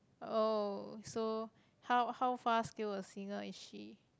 oh so how how far skill a singer is she